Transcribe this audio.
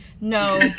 no